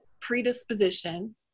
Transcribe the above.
predisposition